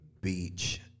beach